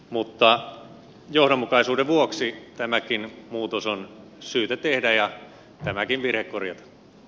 mutta johdonmukaisuuden vuoksi tämäkin muutos on syytä tehdä ja tämäkin virhe korjata